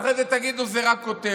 ואחרי זה תגידו שזה רק כותרת.